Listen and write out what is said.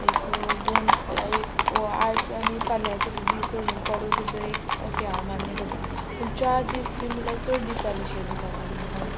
एक दोन एक आयज आनी फाल्यां सुद्दां दीस सोडून परवा सुद्दां एक ओके हांव मान्य करतां पूण चार दीस बी म्हळ्यार चड दीस जालेशे दिसना तुमकां